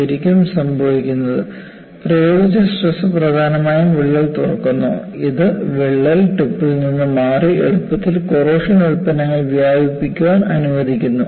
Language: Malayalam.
ശരിക്കും സംഭവിക്കുന്നത് പ്രയോഗിച്ച സ്ട്രെസ് പ്രധാനമായും വിള്ളലുകൾ തുറക്കുന്നു ഇത് വിള്ളൽ ടിപ്പിൽ നിന്ന് മാറി എളുപ്പത്തിൽ കൊറോഷൻ ഉൽപ്പന്നങ്ങൾ വ്യാപിപ്പിക്കാൻ അനുവദിക്കുന്നു